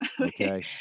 Okay